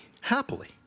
happily